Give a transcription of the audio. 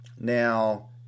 Now